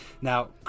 Now